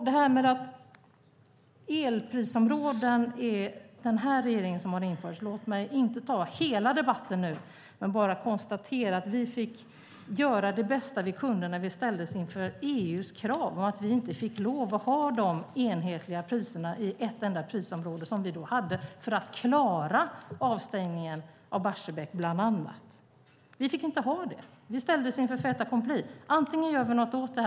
Detta med att det är den här regeringen som har infört elprisområden: Låt mig inte ta hela debatten nu utan bara konstatera att vi fick göra det bästa vi kunde när vi ställdes inför EU:s krav och inte fick lov att ha de enhetliga priser i ett enda prisområde som vi då hade, för att bland annat klara avstängningen av Barsebäck. Vi fick inte ha det. Vi ställdes inför fait accompli. Vi behövde göra något åt det.